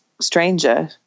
stranger